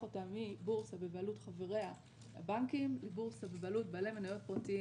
אותה מבורסה בבעלות חבריה הבנקים לבורסה בבעלות בעלי מניות פרטיים.